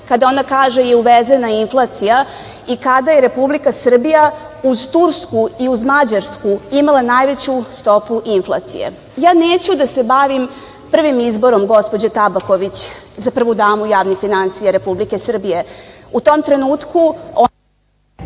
kada ona kaže i uvezena inflacija i kada je Republika Srbija uz Tursku i uz Mađarsku imala najveću stopu inflacije. Ja neću da se bavim prvim izborom gospođe Tabaković za prvu damu javnih finansija Republike Srbije. U tom trenutku…